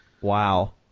Wow